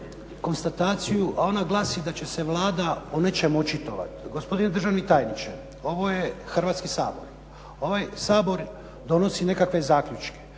konstataciju, a ona glasi da će se Vlada o nečemu očitovati. Gospodine državni tajniče, ovo je Hrvatski sabor. Ovaj Sabor donosi nekakve zaključke.